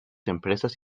empresas